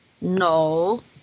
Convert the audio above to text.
no